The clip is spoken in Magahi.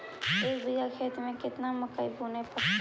एक बिघा खेत में केतना मकई बुने पड़तै?